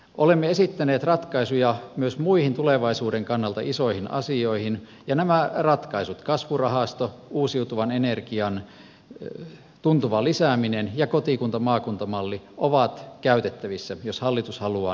olemme esittäneet ratkaisuja myös muihin tulevaisuuden kannalta isoihin asioihin ja nämä ratkaisut kasvurahasto uusiutuvan energian tuntuva lisääminen ja kotikuntamaakunta malli ovat käytettävissä jos hallitus haluaa niihin tarttua